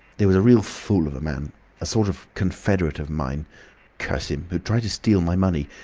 there was a real fool of a man a sort of confederate of mine curse him who tried to steal my money.